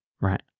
Right